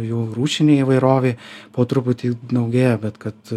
jų rūšinė įvairovė po truputį daugėja bet kad